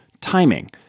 timing